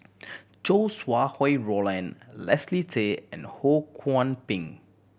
Chow Sau Hai Roland Leslie Tay and Ho Kwon Ping